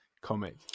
comic